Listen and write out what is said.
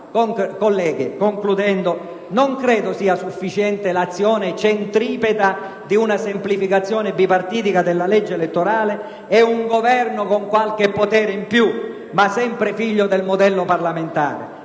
Colleghi, non credo siano sufficienti l'azione centripeta di una semplificazione bipartitica della legge elettorale e un Governo con qualche potere in più, ma sempre figlio del modello parlamentare.